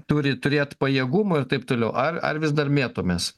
turi turėt pajėgumų ir taip toliau ar ar vis dar mėtomis